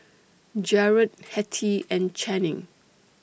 Jarod Hetty and Channing